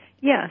Yes